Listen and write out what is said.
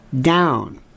down